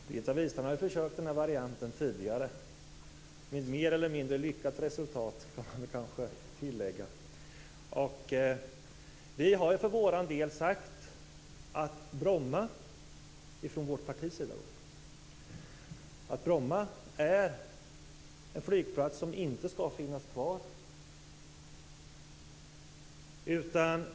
Fru talman! Birgitta Wistrand har försökt den här varianten tidigare med mer eller mindre lyckat resultat, kan man kanske tillägga. Vi har från vårt parti sagt att Bromma är en flygplats som inte skall finnas kvar.